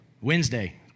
Wednesday